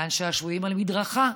גן שעשועים על מדרכה.